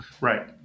Right